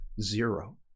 zero